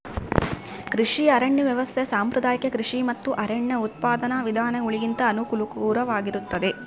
ಕೃಷಿ ಅರಣ್ಯ ವ್ಯವಸ್ಥೆ ಸಾಂಪ್ರದಾಯಿಕ ಕೃಷಿ ಮತ್ತು ಅರಣ್ಯ ಉತ್ಪಾದನಾ ವಿಧಾನಗುಳಿಗಿಂತ ಅನುಕೂಲಕರವಾಗಿರುತ್ತದ